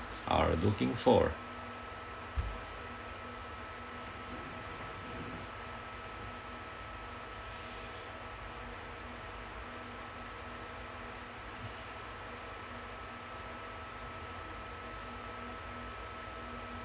are looking for